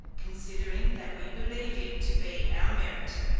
considering that we believe it to be our merit,